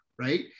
right